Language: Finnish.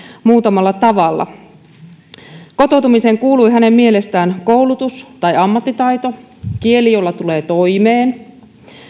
muutamalla tavalla että kotoutumiseen kuului hänen mielestään koulutus tai ammattitaito kieli jolla tulee toimeen